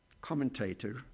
commentator